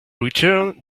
return